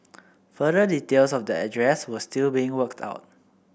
further details of the address were still being worked out